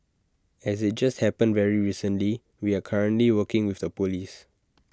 as IT has just happened very recently we are currently working with the Police